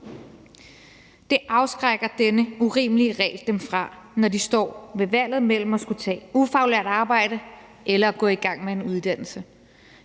Det afskrækker denne urimelige regel dem fra, når de står ved valget mellem at skulle tage ufaglært arbejde eller at gå i gang med en uddannelse.